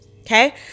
okay